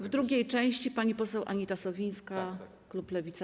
W drugiej części pani poseł Anita Sowińska, klub Lewica.